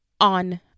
on